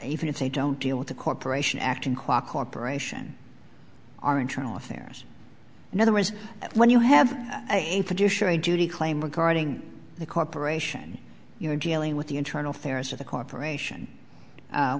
even if they don't deal with the corporation acting qua corporation are internal affairs in other words when you have a fiduciary duty claim regarding the corporation you're dealing with the internal affairs of the corporation